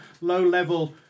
low-level